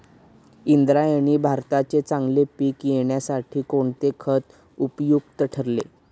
इंद्रायणी भाताचे चांगले पीक येण्यासाठी कोणते खत उपयुक्त ठरेल?